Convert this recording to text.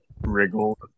Wriggled